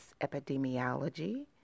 epidemiology